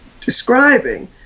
describing